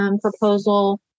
proposal